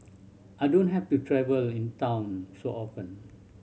I don't have to travel in town so often